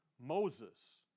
Moses